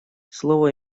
слово